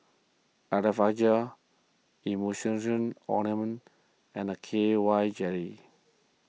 Blephagel Emulsying Ointment and K Y Jelly